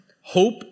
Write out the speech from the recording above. Hope